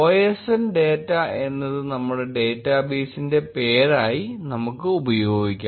osndata എന്നത് നമ്മുടെ ഡേറ്റാബേസിന്റെ പേരായി നമുക്ക് ഉപയോഗിക്കാം